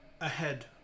ahead